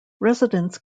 residents